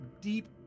deep